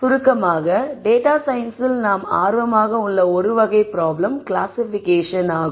சுருக்கமாக டேட்டா சயின்ஸில் நாம் ஆர்வமாக உள்ள ஒரு வகை ப்ராப்ளம் கிளாசிபிகேஷன் ஆகும்